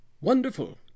wonderful